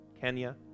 Kenya